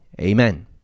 Amen